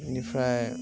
बेनिफ्राय